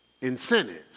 incentives